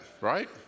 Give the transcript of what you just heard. right